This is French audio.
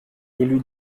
élus